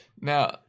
now